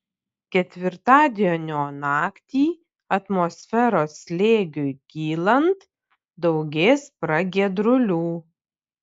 ketvirtadienio naktį atmosferos slėgiui kylant daugės pragiedrulių